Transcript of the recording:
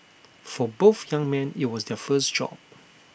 for both young men IT was their first job